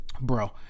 Bro